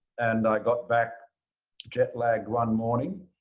and i got back jet lagged one morning.